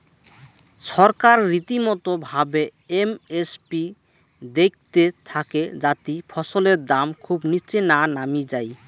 ছরকার রীতিমতো ভাবে এম এস পি দেইখতে থাকে যাতি ফছলের দাম খুব নিচে না নামি যাই